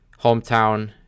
Hometown